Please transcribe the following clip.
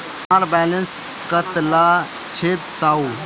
हमार बैलेंस कतला छेबताउ?